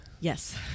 Yes